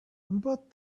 but